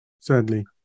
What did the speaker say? Sadly